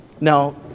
Now